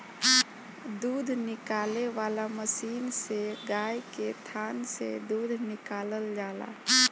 दूध निकाले वाला मशीन से गाय के थान से दूध निकालल जाला